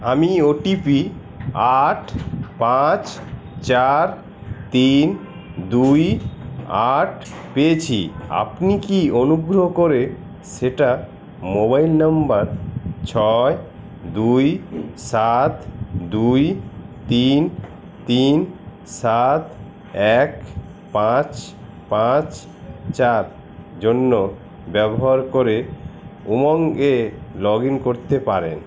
আমি O T P আট পাঁচ চার তিন দুই আট পেয়েছি আপনি কি অনুগ্রহ করে সেটা মোবাইল নম্বর ছয় দুই সাত দুই তিন তিন সাত এক পাঁচ পাঁচ চার জন্য ব্যবহার করে উমঙ্গ এ লগ ইন করতে পারেন